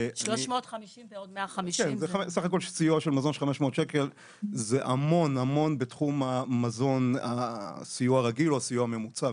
בוא נכניס דבר ראשון את כל המשפחות פנימה,